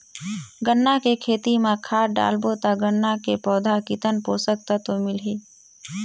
गन्ना के खेती मां खाद डालबो ता गन्ना के पौधा कितन पोषक तत्व मिलही?